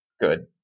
good